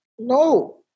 No